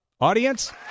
Audience